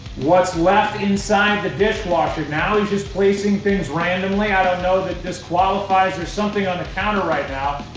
what's left inside the dishwasher? now he's just placing things randomly. i don't know that this qualifies. there's something on the counter right now.